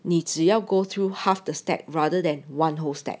你只要 go through half the stack rather than [one] whole stack